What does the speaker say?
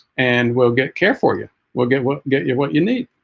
and we'll get care for you we'll get what get you what you need